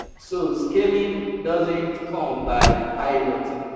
so scaling doesn't come by piloting.